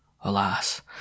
Alas